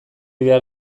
behar